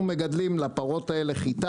אנחנו מגדלים חיטה,